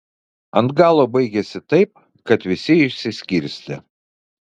ant galo baigėsi taip kad visi išsiskirstė